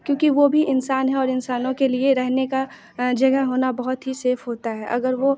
क्योंकि वो भी इंसान है और इंसानों के लिए रहने का जगह होना बहुत ही सेफ़ होता है अगर वो